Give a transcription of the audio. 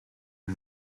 are